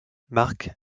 marque